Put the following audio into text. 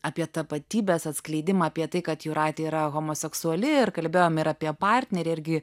apie tapatybės atskleidimą apie tai kad jūratė yra homoseksuali ir kalbėjom ir apie partnerį irgi